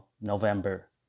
November